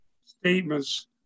statements